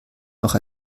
noch